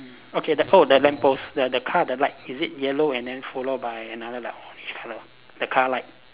okay the oh the lamppost the the car the light is it yellow and then follow by another like orange colour the car light